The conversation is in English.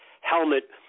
helmet